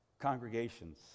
congregations